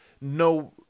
no –